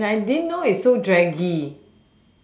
and I didn't know it's so draggy